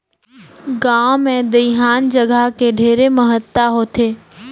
गांव मे दइहान जघा के ढेरे महत्ता होथे